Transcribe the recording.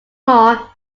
more